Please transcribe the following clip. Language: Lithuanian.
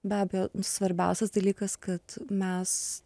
be abejo nu svarbiausias dalykas kad mes